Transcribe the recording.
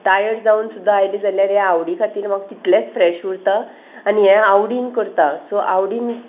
tired जावन सुद्दां आयलें जाल्यार हें आवडी खातीर म्हाका तितलेंच फ्रेश उरता आनी हें आवडीन करता सो आवडीन